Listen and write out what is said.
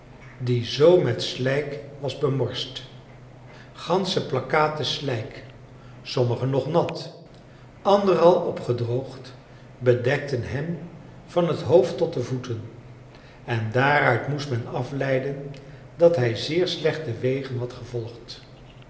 die zoo met slijk was bemorst gansche plakkaten slijk sommige nog nat andere al opgedroogd bedekten hem van het hoofd tot de voeten en daaruit moest men afleiden dat hij zeer slechte wegen had gevolgd